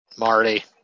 Marty